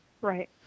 Right